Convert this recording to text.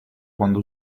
quando